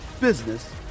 business